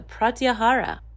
Pratyahara